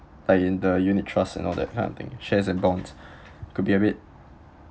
uh in the unit trust and all that kind of thing shares and bonds could be a bit